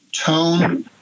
tone